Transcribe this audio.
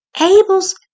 Abel's